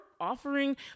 offering